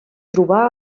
trobar